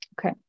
Okay